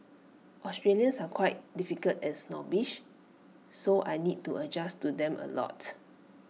Australians are quite difficult and snobbish so I need to adjust to them A lot